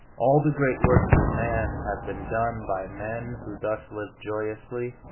all the great works of man have been done by men who thus lived joyously,